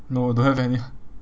no don't have any